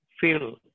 feel